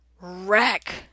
wreck